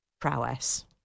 prowess